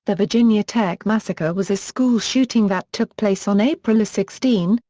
the virginia tech massacre was a school shooting that took place on april sixteen,